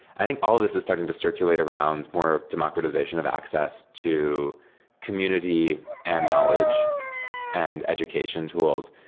i think all this is starting to circulate around more of democratization of access to community and knowledge and education tools.